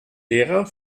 lehrer